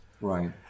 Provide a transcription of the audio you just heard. right